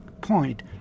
point